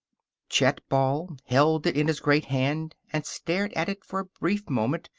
chet ball held it in his great hand and stared at it for a brief moment,